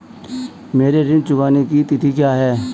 मेरे ऋण चुकाने की तिथि क्या है?